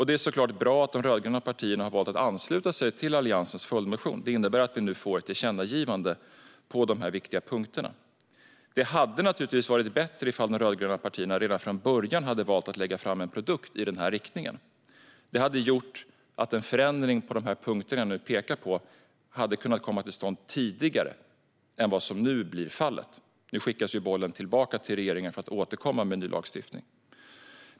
Det är såklart också bra att de rödgröna partierna har valt att ansluta sig till Alliansens följdmotion, vilket innebär att vi nu får ett tillkännagivande på dessa viktiga punkter. Det hade naturligtvis varit ännu bättre om de rödgröna partierna redan från början hade valt att lägga fram en produkt i den här riktningen. Då hade en förändring på de punkter som jag pekar på kunnat komma till stånd tidigare än vad som nu blir fallet. Nu skickas ju bollen tillbaka till regeringen som sedan ska återkomma med ny lagstiftning.